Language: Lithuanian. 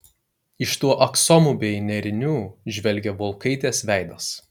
iš tų aksomų bei nėrinių žvelgė volkaitės veidas